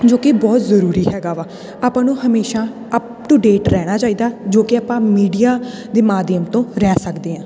ਜੋ ਕਿ ਬਹੁਤ ਜ਼ਰੂਰੀ ਹੈਗਾ ਵਾ ਆਪਾਂ ਨੂੰ ਹਮੇਸ਼ਾ ਅਪ ਟੂ ਡੇਟ ਰਹਿਣਾ ਚਾਹੀਦਾ ਜੋ ਕਿ ਆਪਾਂ ਮੀਡੀਆ ਦੇ ਮਾਧਿਅਮ ਤੋਂ ਰਹਿ ਸਕਦੇ ਹਾਂ